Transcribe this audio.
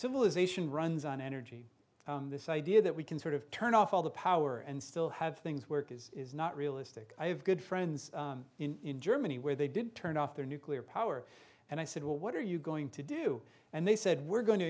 civilization runs on energy this idea that we can sort of turn off all the power and still have things work is not realistic i have good friends in germany where they didn't turn off their nuclear power and i said well what are you going to do and they said we're going to